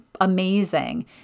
amazing